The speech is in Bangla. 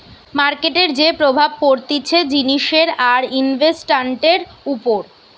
মার্কেটের যে প্রভাব পড়তিছে জিনিসের আর ইনভেস্টান্টের উপর